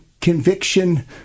conviction